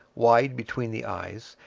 wide between the eyes,